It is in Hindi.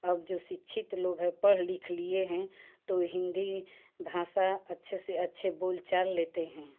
अब जो शिक्षित लोग हैं पढ़ लिख लिये हैं तो हिन्दी भाषा अच्छे से अच्छे बोल चाल लेते हैं